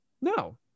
No